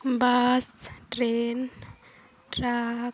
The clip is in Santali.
bus train truck